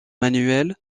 manuelle